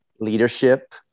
leadership